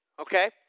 Okay